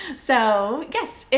so yes,